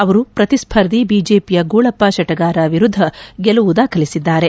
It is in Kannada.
ಅವರು ಪ್ರತಿಸ್ಪರ್ಧಿ ಬಿಜೆಪಿಯ ಗೂಳಪ್ಪ ಶೆಟಗಾರ ವಿರುದ್ಧ ಗೆಲುವು ದಾಖಲಿಸಿದ್ದಾರೆ